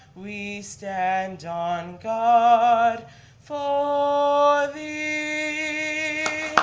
we stand on guard for thee